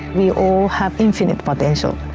we all have infinite potential.